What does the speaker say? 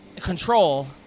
control